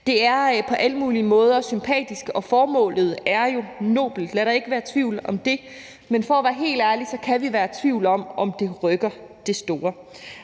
Det er på alle mulige måder sympatisk, og formålet er jo nobelt – lad der ikke være tvivl om det – men for at være helt ærlig kan vi være i tvivl om, om det rykker det store.